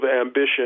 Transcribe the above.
ambition